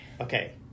Okay